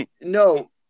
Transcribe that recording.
no